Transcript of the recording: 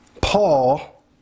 Paul